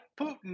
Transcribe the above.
Putin